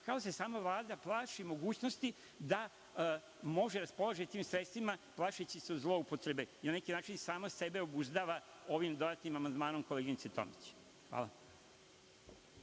da se Vlada sama plaši mogućnosti da može da raspolaže tim sredstvima, plašeći se zloupotrebe i na neki način sama sebe obuzdava ovim dodatnim amandmanom koleginice Tomić. Hvala.